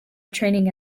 training